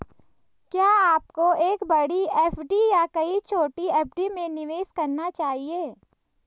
क्या आपको एक बड़ी एफ.डी या कई छोटी एफ.डी में निवेश करना चाहिए?